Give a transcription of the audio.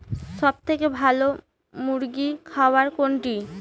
সবথেকে ভালো মুরগির খাবার কোনটি?